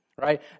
Right